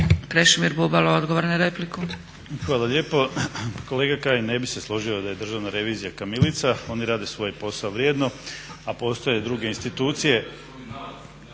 repliku. **Bubalo, Krešimir (HDSSB)** Hvala lijepo. Kolega Kajin, ne bih se složio da je Državna revizija kamilica. Oni rade svoj posao vrijedno, a postoje druge institucije